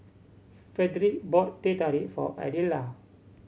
Frederic bought Teh Tarik for Adela